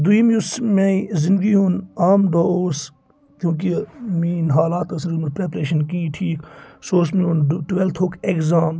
دوٚیِم یُس میانہِ زندگی ہُنٛد عام دۄہ اوس کیوں کہِ میٲنۍ حالات ٲس روٗدمُت پرٮ۪پریشن کِہیٖنۍ ٹھیٖک سُہ اوس میون ٹُویلتھُک اٮ۪کزام